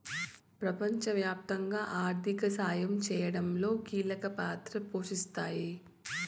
ప్రపంచవ్యాప్తంగా ఆర్థిక సాయం చేయడంలో కీలక పాత్ర పోషిస్తాయి